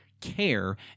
care